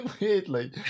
Weirdly